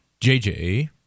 JJ